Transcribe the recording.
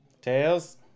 Tails